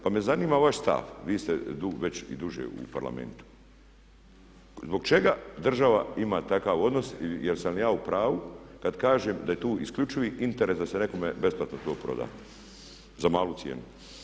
Pa me zanima vaš stav, vi ste već i duže u Parlamentu, zbog čega država ima takav odnos jel' sam ja u pravu kad kažem da je tu isključivi interes da se nekome besplatno to proda za malu cijenu.